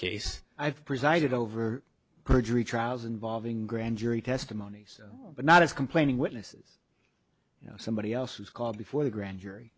case i've presided over perjury trials involving grand jury testimony but not as complaining witnesses you know somebody else was called before the grand jury